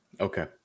Okay